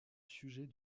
sujet